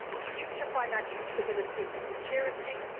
future financial stability and security,